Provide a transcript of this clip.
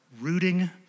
rooting